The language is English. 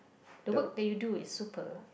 the work that you do is superb